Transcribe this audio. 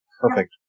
Perfect